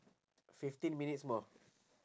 fifteen minutes more